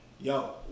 yo